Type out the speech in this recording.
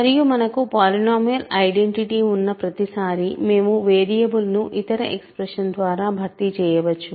మరియు మనకు polynomial identity ఉన్న ప్రతిసారీ మేము వేరియబుల్ను ఇతర ఎక్స్ప్రెషన్ ద్వారా భర్తీ చేయవచ్చు